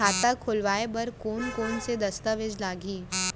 खाता खोलवाय बर कोन कोन से दस्तावेज लागही?